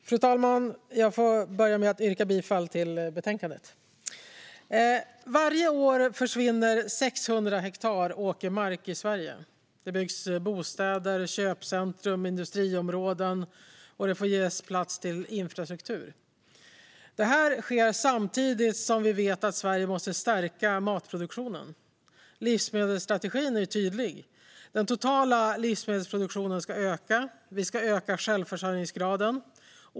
Fru talman! Jag vill börja med att yrka bifall till förslaget i betänkandet. Varje år försvinner 600 hektar åkermark i Sverige. Det byggs bostäder, köpcentrum och industriområden, och marken får ge plats åt infrastruktur. Detta sker samtidigt som vi vet att Sverige måste stärka matproduktionen. Livsmedelsstrategin är tydlig, det vill säga att den totala livsmedelsproduktionen ska öka och att vi ska öka självförsörjningsgraden.